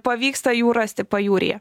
pavyksta jų rasti pajūryje